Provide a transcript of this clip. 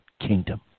kingdom